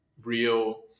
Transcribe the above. real